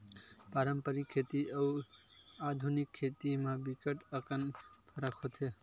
पारंपरिक खेती अउ आधुनिक खेती म बिकट अकन फरक होथे